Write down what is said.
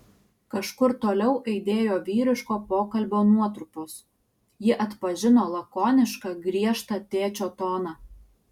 kažkur toliau aidėjo vyriško pokalbio nuotrupos ji atpažino lakonišką griežtą tėčio toną